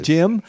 Jim